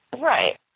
Right